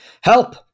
help